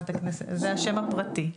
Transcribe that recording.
זה השם הפרטי.